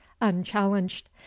unchallenged